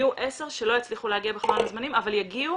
יהיו 10 שלא יצליחו להגיע בחלון הזמנים אבל יגיעו